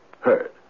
Heard